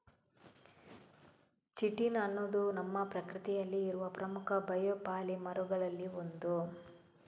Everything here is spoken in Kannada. ಚಿಟಿನ್ ಅನ್ನುದು ನಮ್ಮ ಪ್ರಕೃತಿಯಲ್ಲಿ ಇರುವ ಪ್ರಮುಖ ಬಯೋಪಾಲಿಮರುಗಳಲ್ಲಿ ಒಂದು